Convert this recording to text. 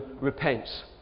repents